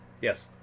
Yes